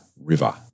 River